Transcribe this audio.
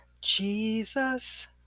Jesus